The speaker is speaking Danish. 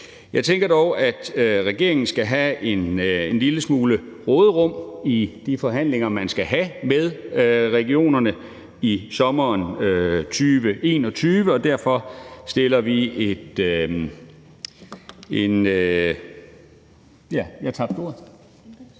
Jeg tænker dog, at regeringen skal have en lille smule råderum i de forhandlinger, man skal have med regionerne i sommeren 2021. Derfor fremsætter vi et forslag til vedtagelse.